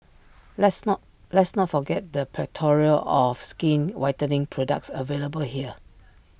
let's not let's not forget the plethora of skin whitening products available here